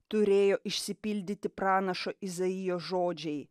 turėjo išsipildyti pranašo izaijo žodžiai